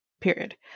Period